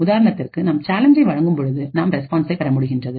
உதாரணத்திற்குநாம்சேலஞ்ச்சைவழங்கும்போதுநாம் ரெஸ்பான்ஸை பெறமுடிகின்றது